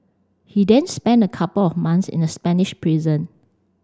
he then spent a couple of months in a Spanish prison